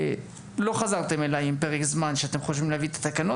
לא חזרתם אליי עם פרק זמן שאתם חושבים להביא את התקנות,